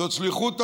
זו שליחות הממשלה.